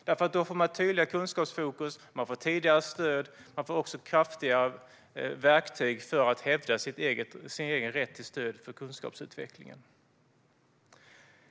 Då får man tydligare kunskapsfokus och ett tidigare stöd, och eleverna får kraftigare verktyg för att hävda sin egen rätt till stöd för kunskapsutvecklingen.